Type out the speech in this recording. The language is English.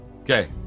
Okay